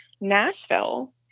Nashville